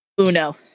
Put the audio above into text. Uno